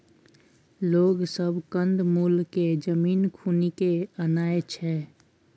लोग सब कंद मूल केँ जमीन खुनि केँ आनय छै